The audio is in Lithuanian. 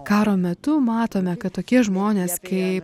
karo metu matome kad tokie žmonės kaip